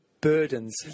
Burdens